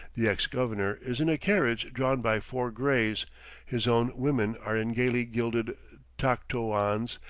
the ex-governor is in a carriage drawn by four grays his own women are in gayly gilded taktrowans,